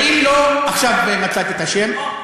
קוראים לו, עכשיו מצאתי את השם: